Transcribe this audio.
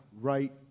right